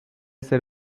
ser